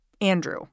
Andrew